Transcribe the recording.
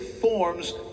forms